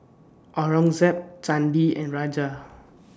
Aurangzeb Chandi and Raja